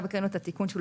התיקון.